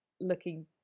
looking